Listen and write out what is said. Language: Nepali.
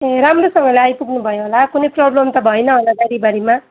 ए राम्रोसँगले आइपुग्नु भयो होला कुनै प्रब्लम त भएन होला गाडीभरिमा